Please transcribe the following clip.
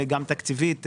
גם תקציבית,